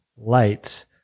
lights